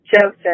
Joseph